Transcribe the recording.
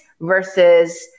versus